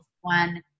one